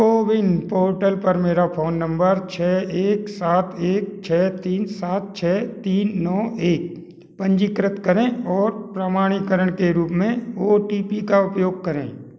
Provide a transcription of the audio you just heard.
CoWIN portal पर मेरा phone number छः एक सात एक छः तीन सात छः तीन नौ एक पंजीकृत करें और प्रमाणीकरण के रूप में ओ टी पी का उपयोग करें